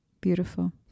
beautiful